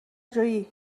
جویی